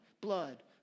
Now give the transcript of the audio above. blood